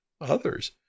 others